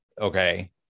okay